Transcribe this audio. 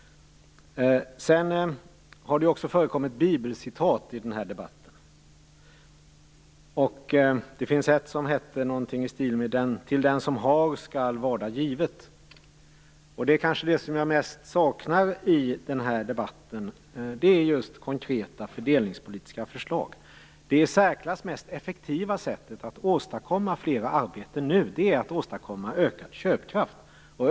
Det har också förekommit bibelcitat i debatten. Det finns ett som lyder: Den som haver, honom skall varda givet. Det är kanske just det som jag saknar i debatten - konkreta fördelningspolitiska förslag. Det i särklass mest effektiva sättet att åstadkomma fler arbeten nu är att åstadkomma ökad köpkraft.